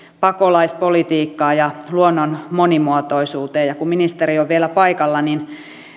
pakolaispolitiikkaan ja luonnon monimuotoisuuteen kun ministeri on vielä paikalla niin